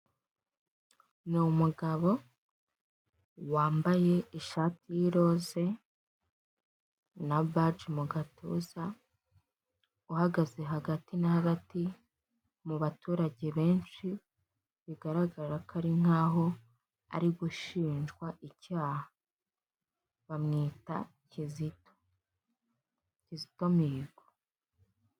Ni umugabo wambaye ishati y'iroze na baji mu gatuza, uhagaze hagati na hagati mu baturage benshi, bigaragara ko ari nkaho ari gushinjwa icyaha, bamwita Kizito Kizito Mihigo.